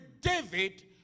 David